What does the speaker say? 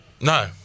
no